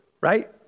right